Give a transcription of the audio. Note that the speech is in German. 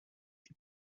die